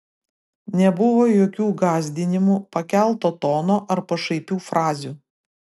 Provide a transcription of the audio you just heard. nebuvo jokių gąsdinimų pakelto tono ar pašaipių frazių